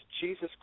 Jesus